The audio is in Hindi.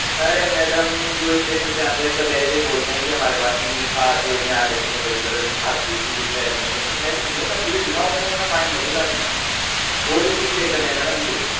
अरे मैडम जो स्टेशन पर आते हैं सब ऐसे ही बोलते हैं की हमारे पास टिकट था जेब में हाथ देते हैं इधर उधर हाथ दे टिकट है नहीं है ऐसे नहीं होता टिकट दिखाओ वरना फाइन लगेगा अभी और भी टिकट चेक करने हैं मैडम मुझे